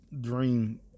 dream